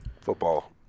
football